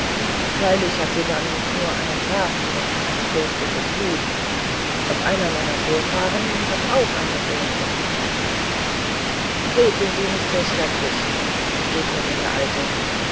freilich hat sie dann nur einen grafen und kein fürstliches blut doch einer meiner vorfahren hat auch eine krone getragen freveln sie nicht so schrecklich entgegnete der alte